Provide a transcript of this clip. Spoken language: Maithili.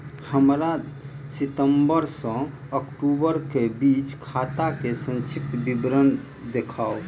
हमरा सितम्बर सँ अक्टूबर केँ बीचक खाता केँ संक्षिप्त विवरण देखाऊ?